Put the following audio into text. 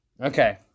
Okay